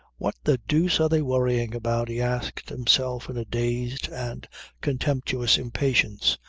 what the deuce are they worrying about? he asked himself in a dazed and contemptuous impatience.